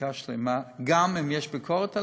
מחלקה שלמה, גם אם יש ביקורת עלי,